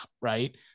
Right